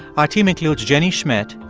our team includes jenny schmidt,